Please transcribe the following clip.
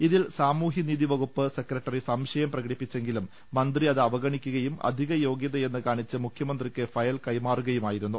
ഇതിൽ സാമൂഹ്യ നീതി വകുപ്പ് സെക്രട്ടറി സംശയം പ്രകടിപ്പിച്ചെങ്കിലും മന്ത്രി അത് അവഗണിക്കുകയും അധിക യോഗ്യതയെന്ന് കാണിച്ച് മുഖ്യമന്ത്രിക്ക് ഫയൽ കൈമാറുകയുമായിരുന്നു